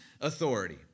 authority